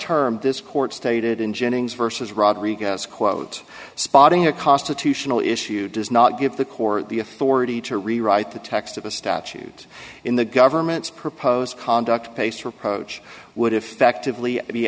term this court stated in jennings vs rodriguez quote spotting a constitutional issue does not give the corps the authority to rewrite the text of a statute in the government's proposed conduct pace or approach would effectively be